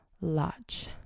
Lodge